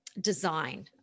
design